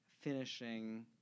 finishing